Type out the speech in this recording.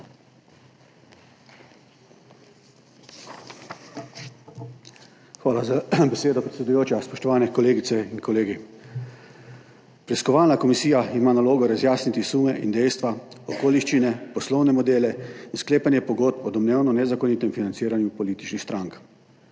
Hvala za besedo, predsedujoča. Spoštovane kolegice in kolegi! Preiskovalna komisija ima nalogo razjasniti sume in dejstva, okoliščine, poslovne modele in sklepanje pogodb o domnevno nezakonitem financiranju političnih strank.